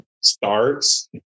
starts